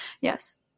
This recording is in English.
yes